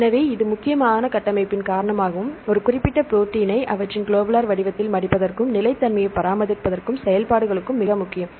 எனவே இது முக்கியமாக கட்டமைப்பின் காரணமாகவும் ஒரு குறிப்பிட்ட ப்ரோடீனை அவற்றின் குளோபுலர் வடிவத்தில் மடிப்பதற்கும் நிலைத்தன்மையை பராமரிப்பதற்கும் செயல்பாடுகளுக்கும்மிக முக்கியம்